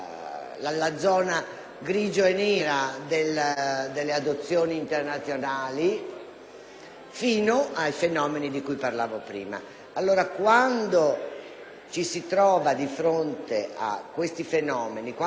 fino ai fenomeni di cui parlavo prima. Quando ci si trova di fronte a questi fenomeni e quando la vittima é stata individuata dalle forze dell'ordine e, a seconda dell'età,